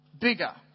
bigger